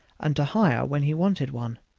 and to hire when he wanted one.